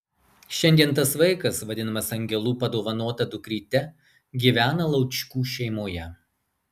šiandien tas vaikas vadinamas angelų padovanota dukryte gyvena laučkų šeimoje